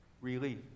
relief